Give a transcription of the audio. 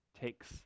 takes